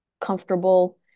comfortable